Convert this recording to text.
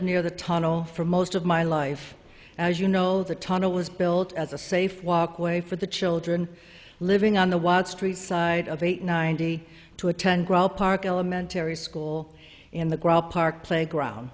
near the tunnel for most of my life as you know the tunnel was built as a safe walkway for the children living on the wild street side of eight ninety to attend grove park elementary school in the grob park playground